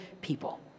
people